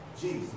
Jesus